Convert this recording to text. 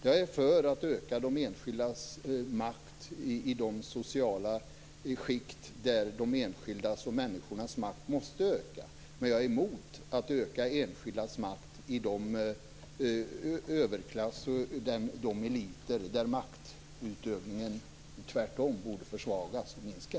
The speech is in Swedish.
Jag är för att öka de enskildas makt i de sociala skikt där de enskilda människornas makt måste öka, men jag är mot att öka enskildas makt i överklassen och i de eliter där maktutövningen tvärtom borde försvagas och minska.